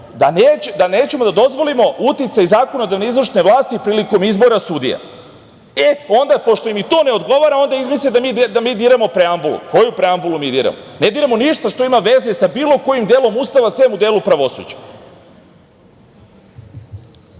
da ne ćemo da dozvolimo uticaj zakonodavne i izvršne vlasti, prilikom izbora sudija. E, onda pošto im i to ne odgovara, onda izmisle da mi diramo preambulu. Koju preambulu mi diramo? Ne diramo ništa što ima veze sa bilo kojim delom Ustava, sem u delu pravosuđa. Da